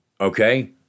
okay